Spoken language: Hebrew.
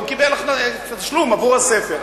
הוא קיבל תשלום עבור הספר.